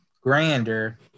grander